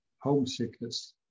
homesickness